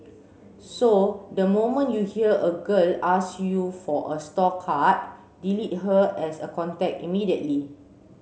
so the moment you hear a girl ask you for a store card delete her as a contact immediately